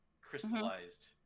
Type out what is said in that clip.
...crystallized